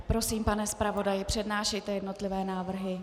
Prosím, pane zpravodaji, přednášejte jednotlivé návrhy.